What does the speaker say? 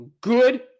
good